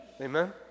amen